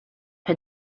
had